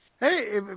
Hey